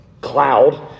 cloud